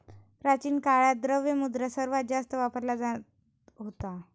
प्राचीन काळात, द्रव्य मुद्रा सर्वात जास्त वापरला जात होता